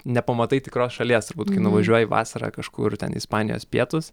nepamatai tikros šalies turbūt kai nuvažiuoji vasarą kažkur ten į ispanijos pietus